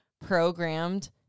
Programmed